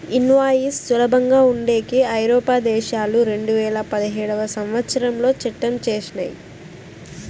invoice సులభంగా ఉండేకి ఐరోపా దేశాలు రెండువేల పదిహేడవ సంవచ్చరంలో చట్టం చేసినయ్